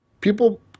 people